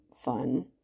fun